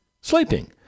Sleeping